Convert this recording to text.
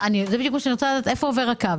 זה בדיוק מה שאני רוצה לדעת, איפה עובר הקו.